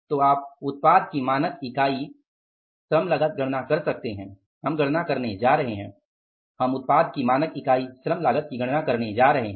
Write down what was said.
तो आप उत्पाद की मानक इकाई श्रम लागत की गणना कर सकते हैं हम गणना करने जा रहे हैं